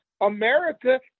America